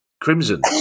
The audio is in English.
crimson